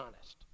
honest